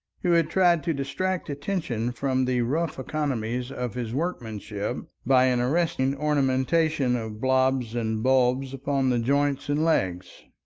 who had tried to distract attention from the rough economies of his workmanship by an arresting ornamentation of blobs and bulbs upon the joints and legs.